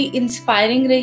inspiring